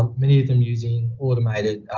um many of them using automated,